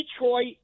Detroit